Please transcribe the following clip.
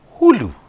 Hulu